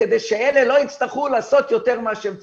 כדי שאלה לא יצטרכו לעשות יותר ממה שהם צריכים.